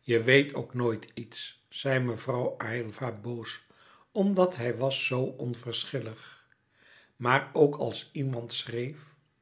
je weet ook nooit iets zei mevrouw aylva boos omdat hij was zoo onverschillig maar ook als iemand schreef